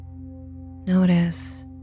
notice